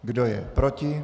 Kdo je proti?